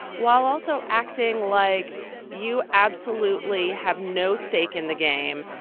while also acting like you absolutely have no stake in the game.